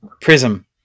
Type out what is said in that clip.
prism